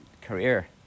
career